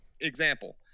Example